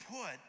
put